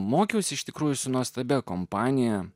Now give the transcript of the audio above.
mokiausi iš tikrųjų su nuostabia kompanija